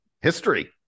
history